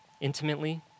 intimately